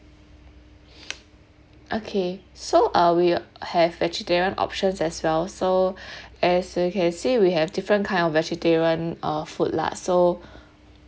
okay so uh we have vegetarian options as well so as you can see we have different kind of vegetarian uh food lah so